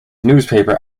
newspaper